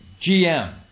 GM